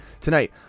tonight